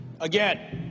Again